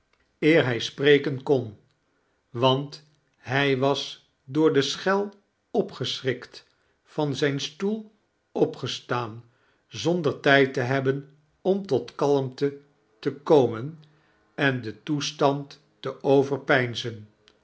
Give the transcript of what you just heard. eer hij spreken kon want hij was door de schel opgeschrikt van zijn stoel opgestaan zonder tijd te hebben om tot kalmte te komen ett deal toestand te overpeinzen